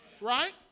Right